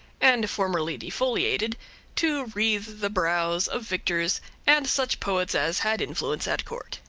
and formerly defoliated to wreathe the brows of victors and such poets as had influence at court.